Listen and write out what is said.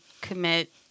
commit